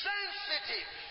Sensitive